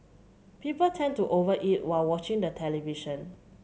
people tend to over eat while watching the television